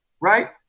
right